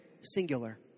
singular